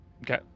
okay